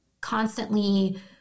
constantly